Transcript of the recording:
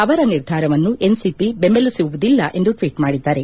ಅವರ ನಿರ್ಧಾರವನ್ನು ಎನ್ಸಿಪಿ ಬೆಂಬಲಿಸುವುದಿಲ್ಲ ಎಂದು ಟ್ವೀಟ್ ಮಾಡಿದ್ದಾರೆ